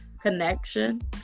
connection